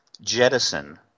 jettison